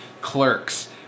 Clerks